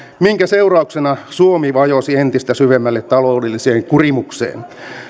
minkä seurauksena suomi vajosi entistä syvemmälle taloudelliseen kurimukseen